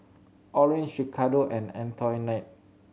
Orange Ricardo and Antoinette